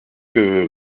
que